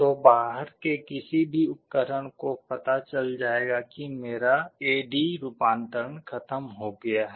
तो बाहर के किसी भी उपकरण को पता चल जाएगा कि मेरा ए डी रूपांतरण खत्म हो गया है